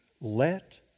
let